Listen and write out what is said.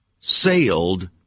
sailed